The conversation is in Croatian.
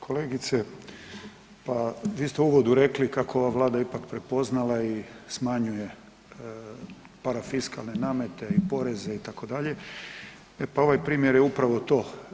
Kolegice, pa vi ste u uvodu rekli kako je ova Vlada ipak prepoznala i smanjuje parafiskalne namete i poreze itd., e pa ovaj primjer je upravo to.